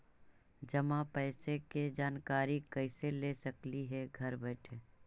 जमा पैसे के जानकारी कैसे ले सकली हे घर बैठे?